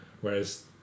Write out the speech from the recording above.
whereas